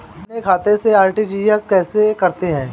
अपने खाते से आर.टी.जी.एस कैसे करते हैं?